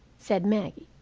said maggie.